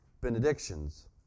benedictions